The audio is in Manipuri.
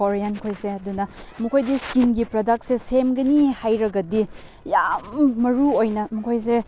ꯀꯣꯔꯤꯌꯥꯟꯈꯣꯏꯁꯦ ꯑꯗꯨꯅ ꯃꯈꯣꯏꯗꯤ ꯁ꯭ꯀꯤꯟꯒꯤ ꯄ꯭ꯔꯗꯛꯁꯦ ꯁꯦꯝꯒꯅꯤ ꯍꯥꯏꯔꯒꯗꯤ ꯌꯥꯝ ꯃꯔꯨ ꯑꯣꯏꯅ ꯃꯈꯣꯏꯁꯦ